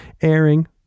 airing